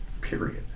period